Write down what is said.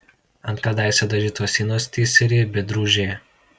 ant kadaise dažytos sienos tįsi riebi drūžė